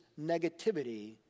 negativity